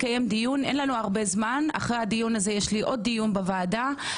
אחרי הדיון הזה יש עוד דיון של הוועדה,